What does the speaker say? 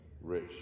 Rich